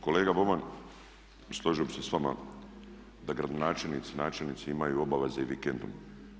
Kolega Boban složio bih se s vama da gradonačelnici, načelnici imaju obaveze i vikendom.